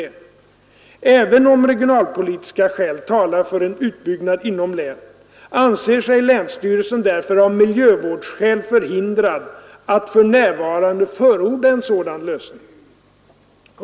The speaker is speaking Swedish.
Även om regionalpolitiska skäl talar för en utbyggnad inom länet anser sig länsstyrelsen därför av miljövårdsskäl förhindrad att för närvarande förorda en sådan lösning.